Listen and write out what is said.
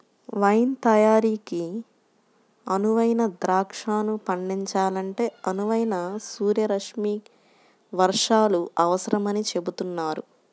wine తయారీకి అనువైన ద్రాక్షను పండించాలంటే అనువైన సూర్యరశ్మి వర్షాలు అవసరమని చెబుతున్నారు